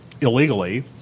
illegally